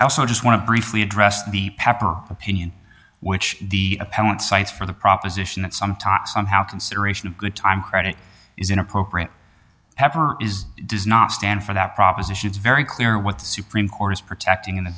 i also just want to briefly address the pepper opinion which the appellate cites for the proposition that some time on how consideration of good time credit is inappropriate pepper is does not stand for that proposition it's very clear what the supreme court is protecting in the